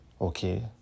Okay